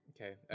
Okay